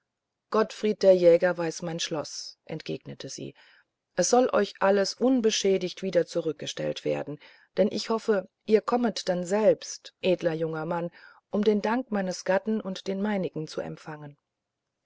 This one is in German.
gottfried der jäger weiß mein schloß entgegnete sie es soll euch alles unbeschädigt wieder zurückgestellt werden denn ich hoffe ihr kommet dann selbst edler junger mann um den dank meines gatten und den meinigen zu empfangen